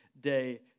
day